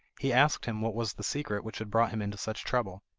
he asked him what was the secret which had brought him into such trouble.